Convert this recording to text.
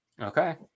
Okay